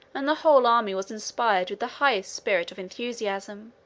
and the whole army was inspired with the highest spirit of enthusiasm,